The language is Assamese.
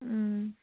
ও